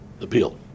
appeal